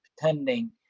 pretending